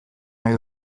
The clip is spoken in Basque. nahi